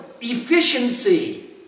efficiency